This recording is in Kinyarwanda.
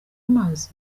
amazi